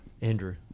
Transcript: Andrew